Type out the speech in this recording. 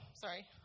sorry